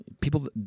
People